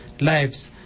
lives